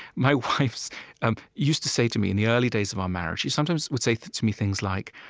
my wife so um used to say to me, in the early days of our marriage, she sometimes would say to me things like,